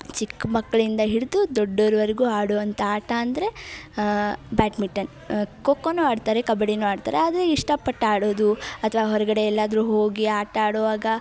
ಚಿಕ್ಕ ಮಕ್ಕಳಿಂದ ಹಿಡಿದು ದೊಡ್ಡೋರ್ವರೆಗೂ ಆಡುವಂಥ ಆಟ ಅಂದರೆ ಬ್ಯಾಟ್ಮಿಟನ್ ಖೋ ಖೋನೂ ಆಡ್ತಾರೆ ಕಬಡ್ಡಿನೂ ಆಡ್ತಾರೆ ಆದರೆ ಇಷ್ಟಪಟ್ಟು ಆಡೋದು ಅಥ್ವಾ ಹೊರಗಡೆ ಎಲ್ಲಾದರೂ ಹೋಗಿ ಆಟ ಆಡುವಾಗ